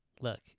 look